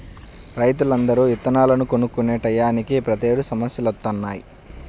రైతులందరూ ఇత్తనాలను కొనుక్కునే టైయ్యానినే ప్రతేడు సమస్యలొత్తన్నయ్